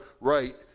right